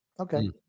Okay